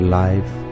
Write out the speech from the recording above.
life